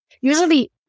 Usually